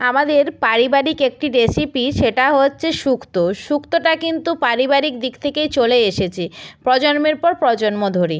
আমাদের পারিবারিক একটি রেসিপি সেটা হচ্ছে সুক্ত সুক্তটা কিন্তু পারিবারিক দিক থেকেই চলে এসেছে প্রজন্মের পর প্রজন্ম ধরে